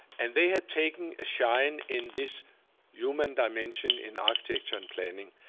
and they had taken a shine in this human dimension, in architecture and planning.